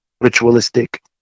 ritualistic